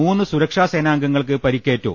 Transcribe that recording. മൂന്ന് സുരക്ഷാസേനാംഗങ്ങൾക്ക് പരിക്കേറ്റു